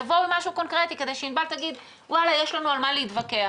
תבואו עם משהו קונקרטי כדי שענבל תגיד שיש לה על מה להתווכח.